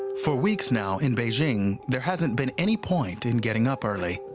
for weeks now in beijing there hasn't been any point in getting up early.